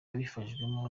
abifashijwemo